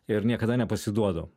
ir niekada nepasiduodu